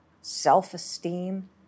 self-esteem